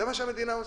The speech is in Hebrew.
זה מה שהמדינה עושה.